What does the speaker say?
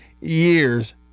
years